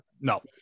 no